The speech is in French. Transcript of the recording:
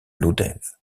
lodève